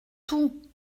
tout